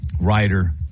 writer